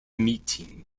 meeting